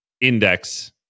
index